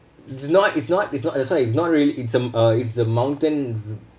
it's not it's not it's not that's why it's not really in some uh it's the mountain